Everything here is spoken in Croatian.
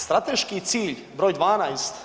Strateški cilj broj 12.